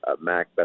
Mac